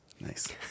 Nice